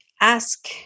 ask